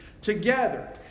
together